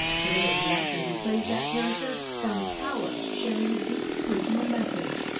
today the actor who plays that character found power sharing a deeply personal message.